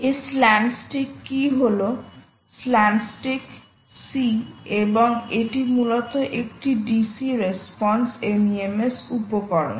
এই slam stick কি হলো স্ল্যাম স্টিক c এবং এটি মূলত একটি DC রেসপন্স MEMS উপকরণ